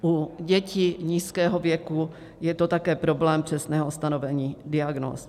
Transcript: U dětí nízkého věku je to také problém přesného stanovení diagnóz.